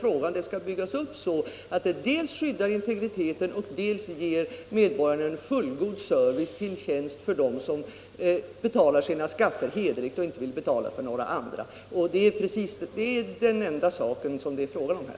Systemet skall byggas upp så att det dels skyddar integriteten, dels ger en fullgod service till tjänst för dem som betalar sina skatter hederligt och inte vill betala för andra. Detta är det enda som frågan gäller.